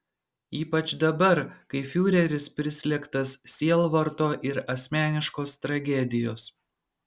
ypač dabar kai fiureris prislėgtas sielvarto ir asmeniškos tragedijos